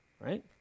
right